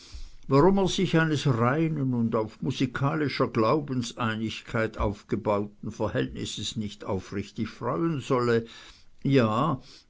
warum er sich eines reinen und auf musikalischer glaubenseinigkeit aufgebauten verhältnisses nicht aufrichtig freuen solle ja